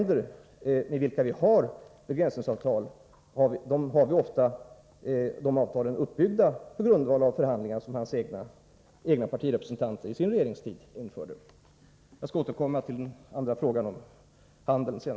De begränsningsavtal som vi har med olika länder är ofta byggda på grundval av förhandlingar som hans egna partirepresentanter under sin regeringstid förde. Jag skall återkomma till den andra frågan, om handeln.